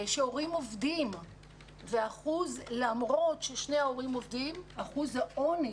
שהורים עובדים ולמרות ששני ההורים עובדים אחוז העוני